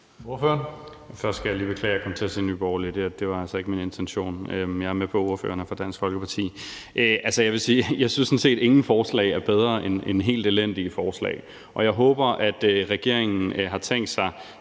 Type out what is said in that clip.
Først skal jeg lige beklage, at jeg kom til at sige Nye Borgerlige. Det var altså ikke min intention. Jeg er med på, at ordføreren er fra Dansk Folkeparti. Jeg vil sige, at jeg sådan set synes, at ingen forslag er bedre end helt elendige forslag. Og jeg håber, regeringen har tænkt sig